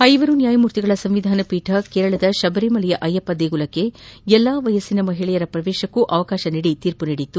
ಐವರು ನ್ಯಾಯಮೊರ್ತಿಗಳ ಸಂವಿಧಾನ ಪೀಠ ಕೇರಳದ ಶಬರಿಮಲೆಯ ಅಯ್ಲಪ್ಪ ದೇಗುಲಕ್ಷೆ ಎಲ್ಲಾ ವಯೋಮಾನದ ಮಹಿಳೆಯರ ಶ್ರವೇಶಕ್ಷೆ ಅವಕಾಶ ನೀಡಿ ತೀರ್ಮ ನೀಡಿತ್ತು